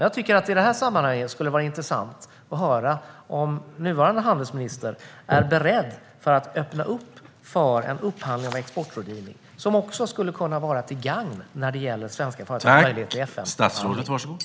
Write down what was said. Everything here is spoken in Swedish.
Jag tycker att det i det här sammanhanget skulle vara intressant att höra om nuvarande handelsminister är beredd att öppna för en upphandling av exportrådgivning som också skulle vara till gagn när det gäller svenska företags möjligheter i FN.